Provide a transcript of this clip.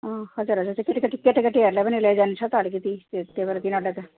अँ हजुर हजुर त्यो केटाकेटी केटीकेटीहरूलाई पनि लिएर जानु छ त अलिकति ते त्यही भएर तिनीहरूलाई त